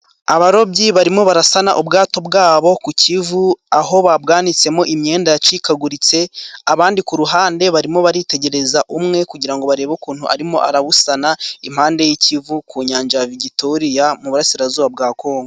Abarobyi barimo barasana ubwato bwabo ku Kivu, aho babitsemo imyenda yacikaguritse, abandi ku ruhande barimo baritegereza umwe kugira barebe ukuntu arimo arabusana, impande y'i Kivu ku nyanja ya Vigitoriya mu burasirazuba bwa Kongo.